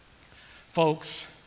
Folks